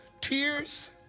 Tears